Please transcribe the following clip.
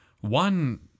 one